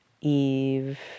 Eve